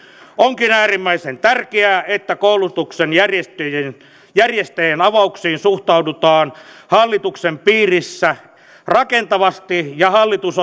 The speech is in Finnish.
onkin äärimmäisen tärkeää että koulutuksen järjestäjien järjestäjien avauksiin suhtaudutaan hallituksen piirissä rakentavasti ja hallitus